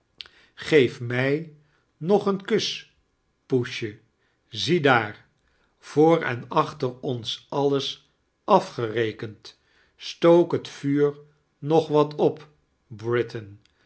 gieef mij nog een kus poesje ziedaar voor en achter ons alles afgerekend stook het vuur nog wat op